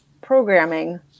programming